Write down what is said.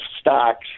stocks